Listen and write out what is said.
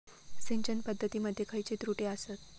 सिंचन पद्धती मध्ये खयचे त्रुटी आसत?